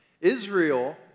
Israel